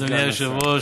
אדוני היושב-ראש,